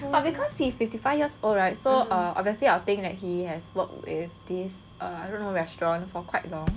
but because hes fifty five years old right so err obviously I will think that he has worked with this restaurant for quite long